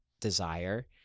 desire